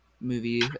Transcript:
movie